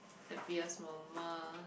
happiest moment